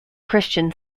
christian